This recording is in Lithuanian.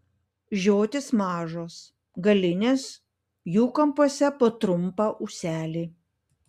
žiotys mažos galinės jų kampuose po trumpą ūselį